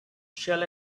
shall